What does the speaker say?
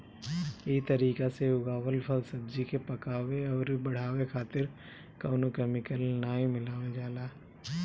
इ तरीका से उगावल फल, सब्जी के पकावे अउरी बढ़ावे खातिर कवनो केमिकल नाइ मिलावल जाला